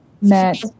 met